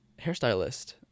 hairstylist